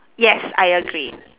yes I agree